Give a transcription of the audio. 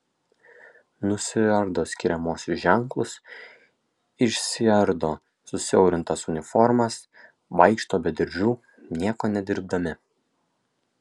nusiardo skiriamuosius ženklus išsiardo susiaurintas uniformas vaikšto be diržų nieko nedirbdami